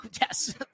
yes